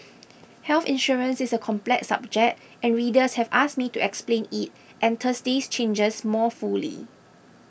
health insurance is a complex subject and readers have asked me to explain it and Thursday's changes more fully